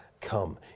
come